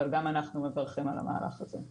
אבל גם אנחנו מברכים על המהלך הזה.